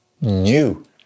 new